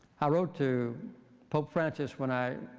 i wrote to pope francis when i